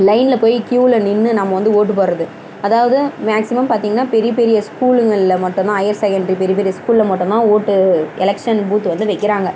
லைனில் போய் க்யூவில் நின்று நம்ம வந்து ஓட்டு போடுகிறது அதாவது மேக்ஸிமம் பார்த்திங்கனா பெரிய பெரிய ஸ்கூலுகள்ல மட்டுந்தான் ஹயர் செகண்ட்ரி பெரிய பெரிய ஸ்கூலில் மட்டுந்தான் ஓட்டு எலக்ஷன் பூத்து வந்து வைக்கிறாங்க